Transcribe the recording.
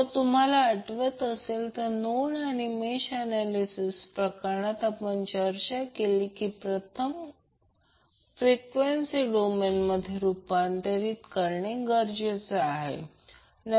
जर तुम्हाला आठवत असेल नोड आणि मेष एनालीसिस प्रकरणात आपण चर्चा केली की घटक प्रथम फ्रिक्वेंसी डोमेन रूपांतर करणे गरजेचे आहे